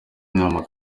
nama